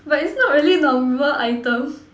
but is not really normal item